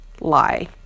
lie